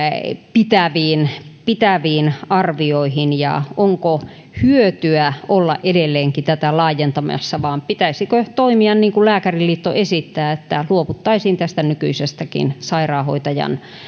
pitäviin pitäviin arvioihin ja onko hyötyä olla edelleenkin tätä laajentamassa vai pitäisikö toimia niin kuin lääkäriliitto esittää että luovuttaisiin tästä nykyisestäkin sairaanhoitajan